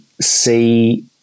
see